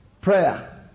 prayer